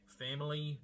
family